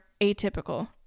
atypical